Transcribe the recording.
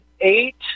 eight